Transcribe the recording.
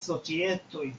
societoj